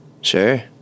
Sure